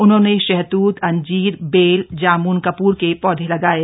उन्होंने शहतूत अंजीर बेल जाम्न कपूर के पौधे लगाये